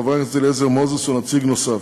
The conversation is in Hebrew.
חבר הכנסת מנחם אליעזר מוזס ונציג נוסף,